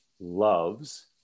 loves